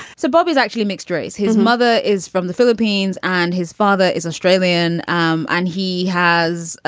so bubbies actually mixed race his mother is from the philippines and his father is australian. um and he has,